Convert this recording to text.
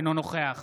אינו נוכח